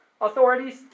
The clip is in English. authorities